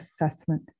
assessment